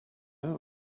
don’t